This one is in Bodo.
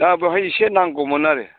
दा बेवहाय इसे नांगौमोन आरो